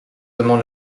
demande